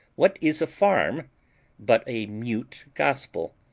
what is a farm but a mute gospel?